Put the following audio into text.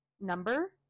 number